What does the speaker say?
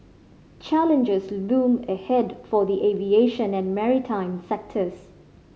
challenges loom ahead for the aviation and maritime sectors